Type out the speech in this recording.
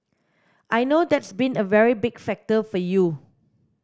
I know that's been a very big factor for you